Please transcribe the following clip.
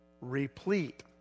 replete